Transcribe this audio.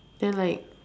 then like